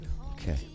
Okay